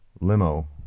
limo